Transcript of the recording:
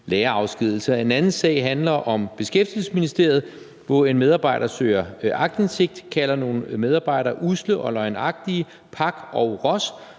lærerafskedigelser. En anden sag handler om Beskæftigelsesministeriet, hvor en medarbejder søger aktindsigt, kalder nogle medarbejdere usle og løgnagtige, pak og ros,